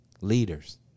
leaders